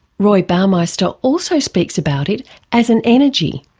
roy bauermeister also speaks about it as an energy.